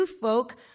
folk